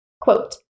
quote